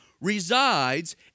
resides